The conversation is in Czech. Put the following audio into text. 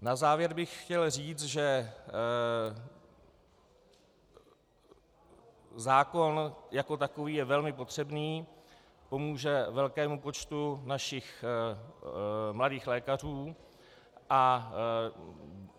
Na závěr bych chtěl říct, že zákon jako takový je velmi potřebný, pomůže velkému počtu našich mladých lékařů, a